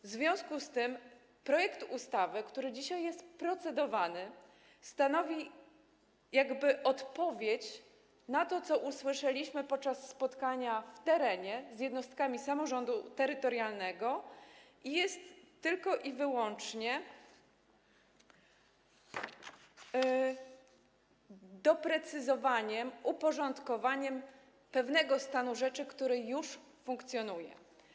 W związku z tym projekt ustawy, nad którym dzisiaj procedujemy, stanowi odpowiedź na to, co usłyszeliśmy podczas spotkań w terenie z jednostkami samorządu terytorialnego, i jest tylko i wyłącznie doprecyzowaniem, uporządkowaniem pewnego stanu rzeczy, który już funkcjonuje.